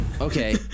Okay